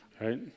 right